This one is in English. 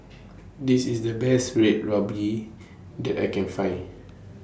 This IS The Best Red Ruby that I Can Find